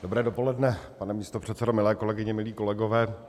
Dobré dopoledne, pane místopředsedo, milé kolegyně, milí kolegové.